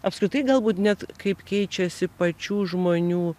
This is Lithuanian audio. apskritai galbūt net kaip keičiasi pačių žmonių